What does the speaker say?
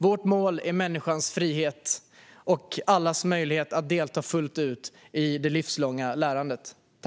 Vårt mål är människans frihet och allas möjlighet att delta fullt ut i det livslånga lärandet.